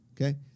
Okay